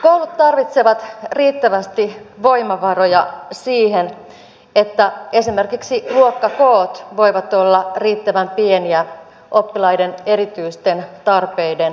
koulut tarvitsevat riittävästi voimavaroja siihen että esimerkiksi luokkakoot voivat olla riittävän pieniä oppilaiden erityisten tarpeiden huomioimiseen